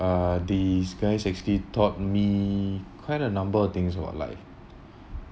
uh these guy actually taught me quite a number of things about life